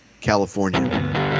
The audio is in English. california